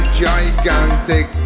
gigantic